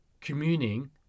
communing